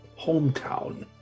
hometown